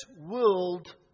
world